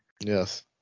Yes